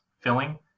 filling